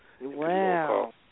Wow